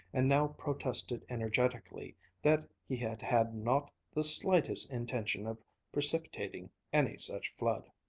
and now protested energetically that he had had not the slightest intention of precipitating any such flood.